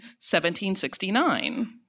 1769